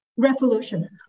Revolution